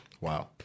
Wow